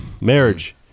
Marriage